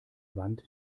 wand